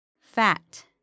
Fat